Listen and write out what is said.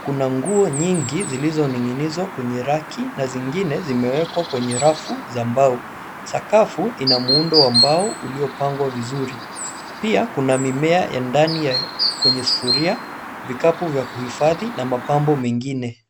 kuna nguo nyingi zilizoningizwa kwenye raki na zingine zimewekwa kwenye rafu za mbao. Sakafu ina muundo wa mbao uliopangwa vizuri. Pia kuna mimea ya ndani kwenye sufuria, vikapu vya kuhifadhi na mapambo mengine.